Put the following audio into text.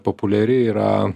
populiari yra